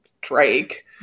Drake